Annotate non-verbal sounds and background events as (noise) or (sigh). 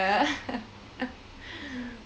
(laughs)